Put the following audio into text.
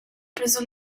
preso